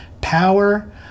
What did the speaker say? power